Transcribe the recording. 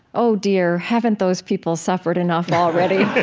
oh, dear, haven't those people suffered enough already?